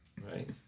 Right